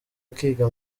akiga